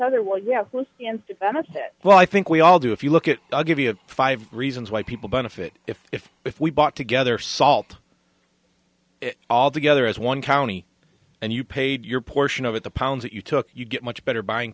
benefit well i think we all do if you look at i'll give you five reasons why people benefit if if if we bought together salt all together as one county and you paid your portion of it the pounds that you took you get much better buying